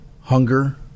hunger